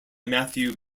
matthew